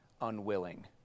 unwilling